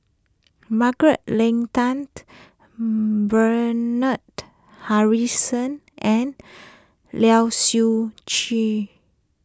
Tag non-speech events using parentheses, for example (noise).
Margaret Leng Tan (unintelligible) Bernard (unintelligible) Harrison and Lai Siu Chiu